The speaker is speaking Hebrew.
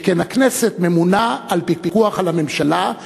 שכן הכנסת ממונה על פיקוח על הממשלה,